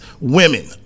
women